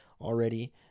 already